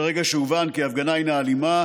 ברגע שהובן כי ההפגנה היא אלימה,